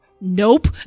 nope